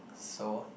so